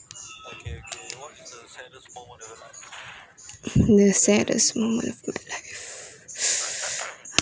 the saddest moment of your life